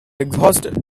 exhausted